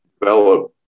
develop